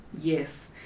Yes